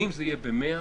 האם ב-100?